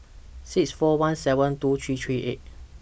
six four one seven two three three eight